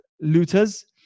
looters